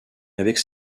avec